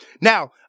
Now